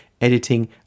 editing